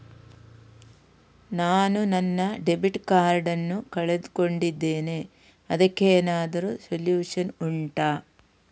ನಾನು ನನ್ನ debit card ನ್ನು ಕಳ್ಕೊಂಡಿದ್ದೇನೆ ಅದಕ್ಕೇನಾದ್ರೂ ಸೊಲ್ಯೂಷನ್ ಉಂಟಾ